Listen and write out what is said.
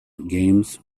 games